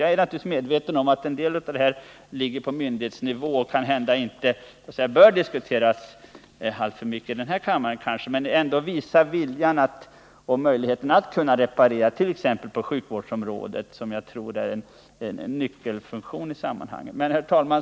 Jag är naturligtvis medveten om att en del av det här ligger på myndighetsnivå och kanhända inte bör diskuteras alltför ingående i kammaren, men jag hoppas ändå att försvarsministern vill visa viljan och möjligheten att reparera brister, t.ex. på sjukvårdsområdet, som jag anser har en nyckelfunktion i sammanhanget. Herr talman!